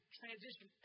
transition